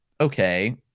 Okay